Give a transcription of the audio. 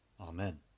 Amen